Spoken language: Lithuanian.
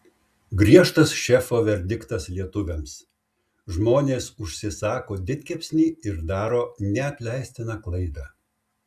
griežtas šefo verdiktas lietuviams žmonės užsisako didkepsnį ir daro neatleistiną klaidą